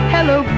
Hello